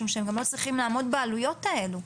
משום שהם גם לא צריכים לעמוד בעלויות האלה.